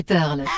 Pearl